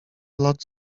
lot